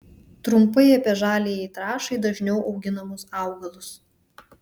trumpai apie žaliajai trąšai dažniau auginamus augalus